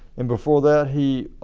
and before that, he